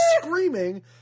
screaming